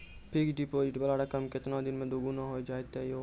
Fixed deposit वाला रकम केतना दिन मे दुगूना हो जाएत यो?